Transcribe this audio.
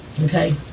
Okay